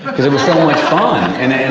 but cause it was so much fun and and